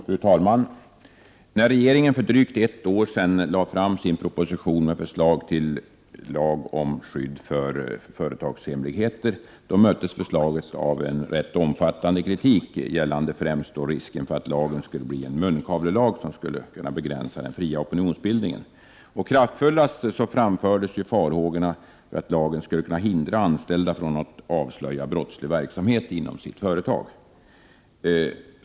Fru talman! När regeringen för drygt ett år sedan lade fram sin proposition med förslag till lag om skydd för företagshemligheter, möttes förslaget av en rätt omfattande kritik gällande främst risken för att lagen skulle bli en munkavlelag, som skulle kunna begränsa den fria opinionsbildningen. Kraftfullast framfördes farhågorna för att lagen skulle kunna hindra anställda att avslöja brottslig verksamhet inom sitt företag.